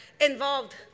involved